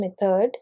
method